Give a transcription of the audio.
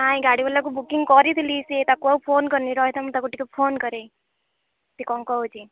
ନାହିଁ ଗାଡ଼ିବାଲାକୁ ବୁକିଂ କରିଥିଲି ସିଏ ତାକୁ ଆଉ ଫୋନ୍ କରିନି ରହିଥା ମୁଁ ତାକୁ ଟିକେ ଫୋନ୍କରେ ସେ କଣ କହୁଛି